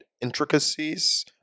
intricacies